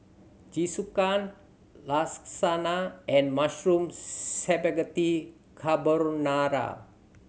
Jingisukan Lasagna and Mushroom Spaghetti Carbonara